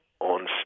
On